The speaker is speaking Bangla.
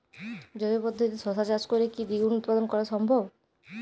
জৈব পদ্ধতিতে শশা চাষ করে কি দ্বিগুণ উৎপাদন করা সম্ভব?